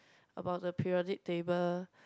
about the periodic table